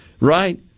right